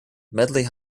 medley